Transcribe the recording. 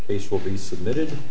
case will be submitted